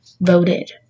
voted